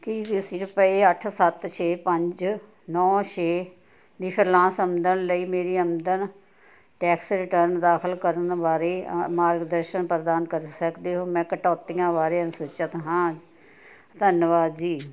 ਕੀ ਤੁਸੀਂ ਰੁਪਏ ਅੱਠ ਸੱਤ ਛੇ ਪੰਜ ਨੌਂ ਛੇ ਦੀ ਫ੍ਰੀਲਾਂਸ ਆਮਦਨ ਲਈ ਮੇਰੀ ਆਮਦਨ ਟੈਕਸ ਰਿਟਰਨ ਦਾਖਲ ਕਰਨ ਬਾਰੇ ਮਾਰਗਦਰਸ਼ਨ ਪ੍ਰਦਾਨ ਕਰ ਸਕਦੇ ਹੋ ਮੈਂ ਕਟੌਤੀਆਂ ਬਾਰੇ ਅਨਿਸ਼ਚਿਤ ਹਾਂ ਧੰਨਵਾਦ ਜੀ